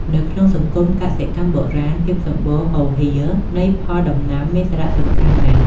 នៅក្នុងសង្គមកសិកម្មបុរាណ ភាពសម្បូរហូរហៀរនៃផលដំណាំមានសារៈសំខាន់ណាស់។